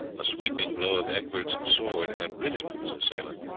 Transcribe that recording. a sweeping blow of egbert's sword had rid him of his assailant.